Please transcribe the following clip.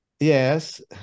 Yes